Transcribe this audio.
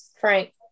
Frank